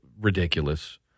ridiculous